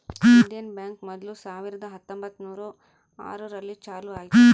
Indian bank ಮೊದ್ಲು ಸಾವಿರದ ಹತ್ತೊಂಬತ್ತುನೂರು ಆರು ರಲ್ಲಿ ಚಾಲೂ ಆಯ್ತು